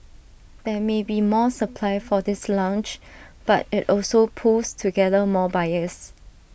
there may be more supply for this launch but IT also pools together more buyers